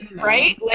Right